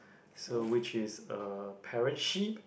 so which is a parent sheep